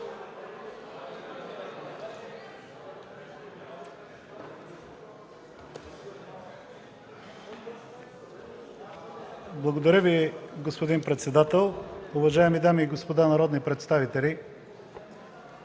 Уважаеми господин председател, уважаеми дами и господа народни представители,